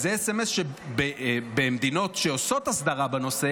זה סמ"ס שמדינות שעושות אסדרה בנושא